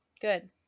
good